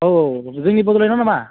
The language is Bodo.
औ औ जोंनि बड'लेण्डआव नामा